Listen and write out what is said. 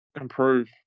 Improve